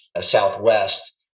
southwest